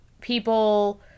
people